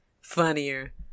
funnier